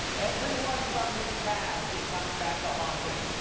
everyone from his past is coming back to haunt him.